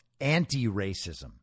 anti-racism